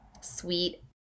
sweet